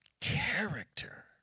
character